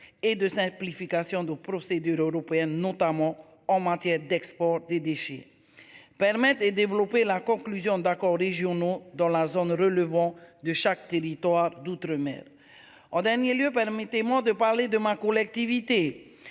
et de simplification de procédure européenne notamment en matière d'export des déchets. Permettent de développer la conclusion d'accord les journaux dans la zone relevant de chaque territoire d'outre-, mer. En dernier lieu, permettez-moi de parler de ma collectivité